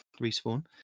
Respawn